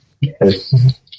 Yes